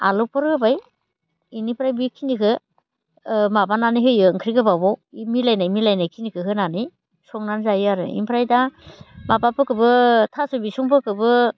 आलुफोर होबाय बेनिफ्राय बेखिनिखौ माबानानै होयो ओंख्रि गोबाबाव बे मिलायनाय मिलायनायखिनिखौ होनानै संनानै जायो आरो ओमफ्राय दा माबाफोरखौबो थास' बिसंफोरखौबो